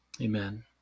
Amen